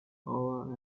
aura